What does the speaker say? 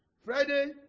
Friday